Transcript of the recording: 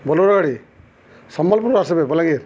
bowler ଗାଡ଼ି ସମ୍ବଲପୁରରୁ ଆସିବେ ବଲାଙ୍ଗୀର୍